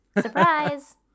Surprise